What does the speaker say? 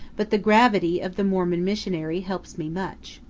but the gravity of the mormon missionary helps me much.